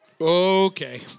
Okay